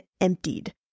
emptied